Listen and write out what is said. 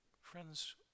Friends